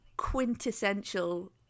quintessential